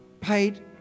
paid